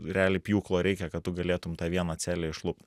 realiai pjūklo reikia kad tu galėtum tą vieną celę išlupt